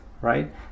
right